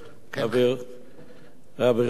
ר' ראובן,